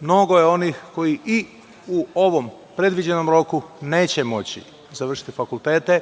Mnogo je onih koji i u ovom predviđenom roku neće moći da završe fakultete.